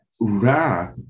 Ra